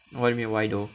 what you mean why though